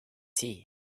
tea